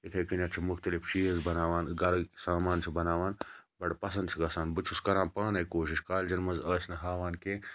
یِتھے کنیٚتھ چھِ مُختلِف چیٖز بَناوان گَرٕکۍ سامان چھِ بَناوان بَڑٕ پَسَنٛد چھُ گَژھان بہٕ تہٕ چھُس کَران پانے کوشِش کالجَن مَنٛز ٲسۍ نہٕ ہاوان کینٛہہ